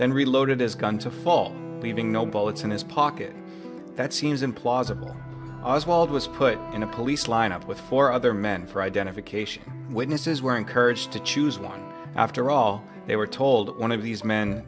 then reloaded his gun to fall leaving no bullets in his pocket that seems implausible oswald was put in a police lineup with four other men for identification witnesses were encouraged to choose one after all they were told one of these men